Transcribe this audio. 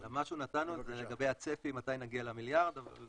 כן, מה שנתנו זה לגבי הצפי מתי נגיע למיליארד, אבל